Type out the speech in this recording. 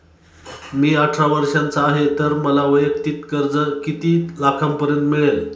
मी अठरा वर्षांचा आहे तर मला वैयक्तिक कर्ज किती लाखांपर्यंत मिळेल?